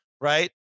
right